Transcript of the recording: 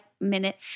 minute